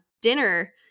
dinner